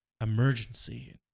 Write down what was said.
emergency